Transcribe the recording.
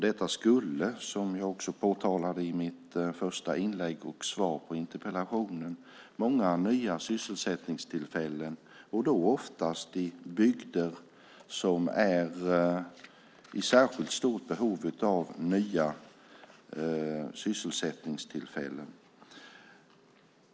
Det skulle, som jag påtalade i mitt svar på interpellationen, ge många nya sysselsättningstillfällen, oftast i bygder som är i särskilt stort behov av nya sysselsättningstillfällen.